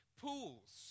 pools